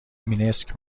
مینسک